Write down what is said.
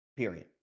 Period